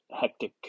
hectic